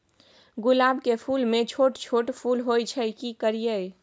गुलाब के फूल में छोट छोट फूल होय छै की करियै?